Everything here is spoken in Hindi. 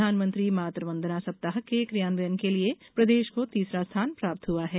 प्रधानमंत्री मातृ वंदना सप्ताह के क्रियान्वयन के लिये प्रदेश को तीसरा स्थान प्राप्त हुआ है